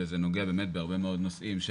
וזה נוגע באמת בהרבה מאוד נושאים,